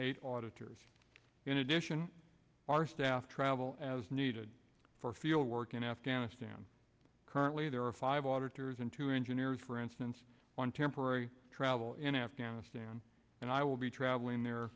eight auditors in addition our staff travel as needed for feel work in afghanistan currently there are five auditors and two engineers for instance on temporary travel in afghanistan and i will be traveling there